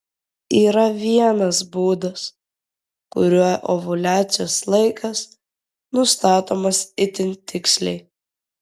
yra vienas būdas kuriuo ovuliacijos laikas nustatomas itin tiksliai